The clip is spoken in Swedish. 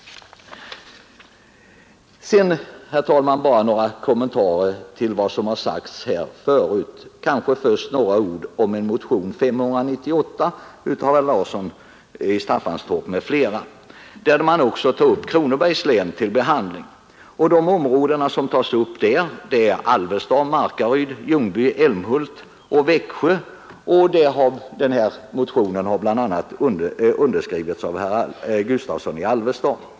Sedan, herr talman, bara några kommentarer till vad som sagts här förut. Först några ord om motionen 598 av herr Larsson i Staffanstorp m.fl., där man också tar upp Kronobergs län till behandling. De områden som nämns är Alvesta, Markaryd, Ljungby, Älmhult och Växjö, och denna mation har underskrivits av bland andra herr Gustavsson i Alvesta.